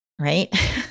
right